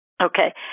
Okay